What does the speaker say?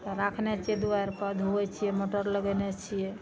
तऽ राखने छियै दुआरि पर धुअइ छियै मोटर लगेने छियै